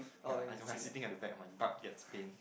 yea as I sitting at the back my butt gets pain